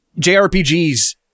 JRPGs